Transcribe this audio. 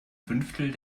fünftel